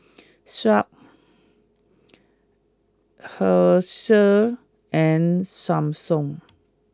Sharp Herschel and Samsung